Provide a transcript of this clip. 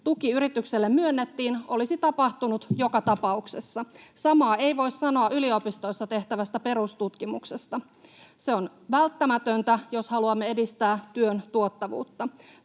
tuki yritykselle myönnettiin, olisi tapahtunut joka tapauksessa. Samaa ei voi sanoa yliopistoissa tehtävästä perustutkimuksesta. Se on välttämätöntä, jos haluamme edistää työn tuottavuutta.